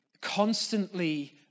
constantly